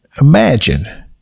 imagine